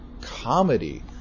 comedy